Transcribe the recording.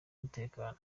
umutekano